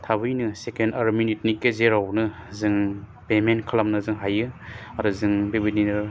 थाबैनो सेकेन्ड आरो मिनिटनि गेजेरावनो जों पेमेन्ट खालामनो जों हायो आरो जों बेबायदिनो